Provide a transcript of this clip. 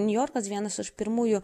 niujorkas vienas iš pirmųjų